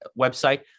website